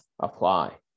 apply